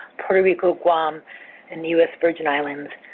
puerto guam and the u s. virgin islands